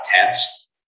test